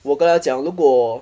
我跟她讲如果